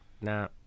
nah